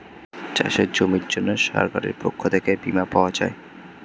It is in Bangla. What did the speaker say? চাষের জমির জন্য সরকারের পক্ষ থেকে বীমা পাওয়া যায়